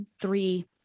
three